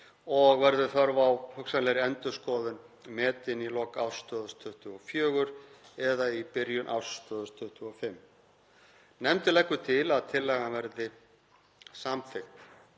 og verður þörf á hugsanlegri endurskoðun metin í lok árs 2024 eða í byrjun árs 2025. Nefndin leggur til að tillagan verði samþykkt.